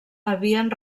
havien